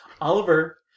Oliver